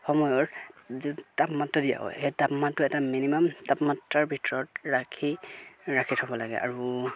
সময়ৰ যিটো তাপমাত্ৰা দিয়া হয় সেই তাপমাত্ৰটো এটা মিনিমাম তাপমাত্ৰাৰ ভিতৰত ৰাখি ৰাখি থ'ব লাগে আৰু